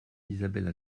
isabelle